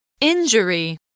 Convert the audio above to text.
Injury